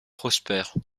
prospère